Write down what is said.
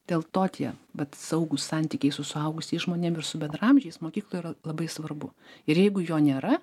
dėl to tie vat saugūs santykiai su suaugusiais žmonėm ir su bendraamžiais mokykloj yra labai svarbu ir jeigu jo nėra